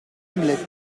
omelette